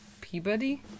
Peabody